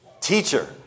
Teacher